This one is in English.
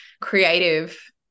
creative